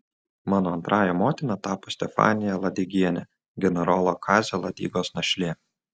mano antrąja motina tapo stefanija ladigienė generolo kazio ladigos našlė